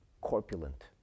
corpulent